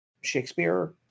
shakespeare